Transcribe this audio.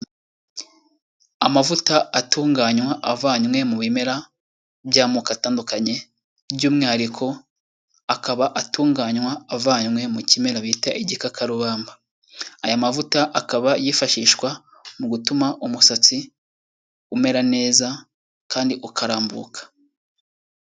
Amavuta atunganywa avanywe mu bimera by'amoko atandukanye, by'umwihariko akaba atunganywa avanywe mu kimera bita igikakarubamba. Aya mavuta akaba yifashishwa mu gutuma umusatsi umera neza kandi ukarambuka.